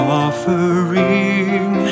offering